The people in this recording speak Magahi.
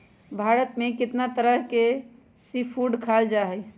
भारत में कितना तरह के सी फूड खाल जा हई